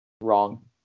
Wrong